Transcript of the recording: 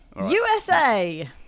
USA